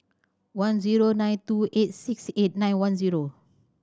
one zero nine two eight six eight nine one zero